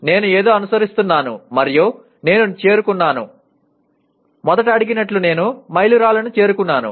నేను ఏదో అనుసరిస్తున్నాను మరియు నేను చేరుకున్నాను మొదట అడిగినట్లు నేను మైలురాళ్లను చేరుకున్నాను